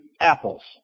apples